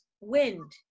wind